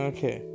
Okay